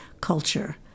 culture